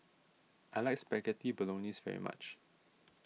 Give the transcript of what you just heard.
I like Spaghetti Bolognese very much